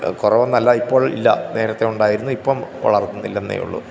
കുറവെന്നല്ല ഇപ്പോള് ഇല്ല നേരത്തെ ഉണ്ടായിരുന്നു ഇപ്പം വളര്ത്തുന്നില്ലന്നേ ഉള്ളു